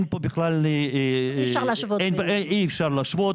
אי אפשר להשוות.